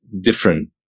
different